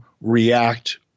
react